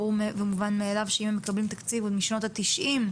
ברור ומובן מאיליו שאם הם מקבלים תקציב עוד משנות התשעים,